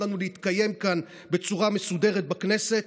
לנו להתקיים כאן בצורה מסודרת בכנסת,